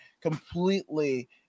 completely